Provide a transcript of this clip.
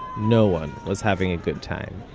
no one was having a good time.